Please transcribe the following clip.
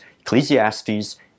Ecclesiastes